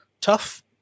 tough